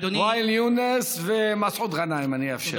ואאל יונס ומסעוד גנאים, אני אאפשר.